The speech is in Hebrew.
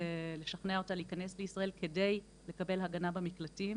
לשכנע אותה להיכנס לישראל כדי לקבל הגנה במקלטים,